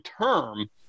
term